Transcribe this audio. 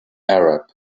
arab